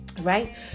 Right